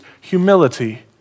humility